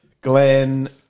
Glenn